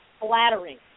flattering